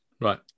Right